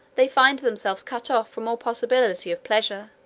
they find themselves cut off from all possibility of pleasure